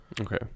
Okay